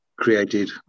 created